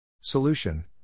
Solution